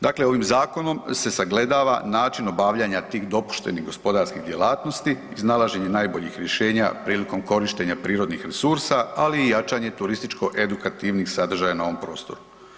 Dakle, ovim zakonom, se sagledava način obavljanja tih dopuštenih gospodarskih djelatnosti, iznalaženje najboljih rješenja prilikom korištenja prirodnih resursa, ali i jačanje turističko-edukativnih sadržaja na ovom prostoru.